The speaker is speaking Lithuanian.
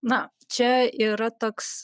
na čia yra toks